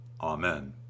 Amen